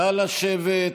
נא לשבת.